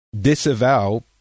disavow